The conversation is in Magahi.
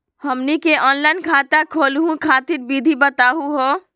हमनी के ऑनलाइन खाता खोलहु खातिर विधि बताहु हो?